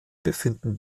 befinden